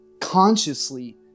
consciously